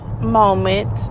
moment